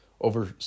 over